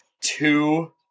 two